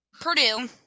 Purdue